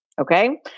Okay